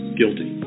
guilty